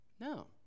No